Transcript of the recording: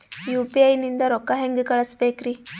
UPI ನಿಂದ ರೊಕ್ಕ ಹೆಂಗ ಕಳಸಬೇಕ್ರಿ?